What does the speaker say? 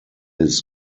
his